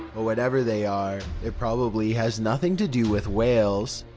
whatever they are, it probably has nothing to do with whales.